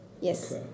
Yes